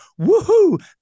woohoo